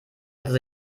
hatte